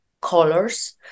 colors